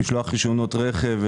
משלוח רישיונות רכב,